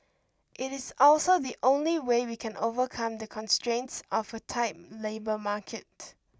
it is also the only way we can overcome the constraints of a tight labour market